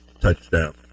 touchdown